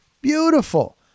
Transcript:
Beautiful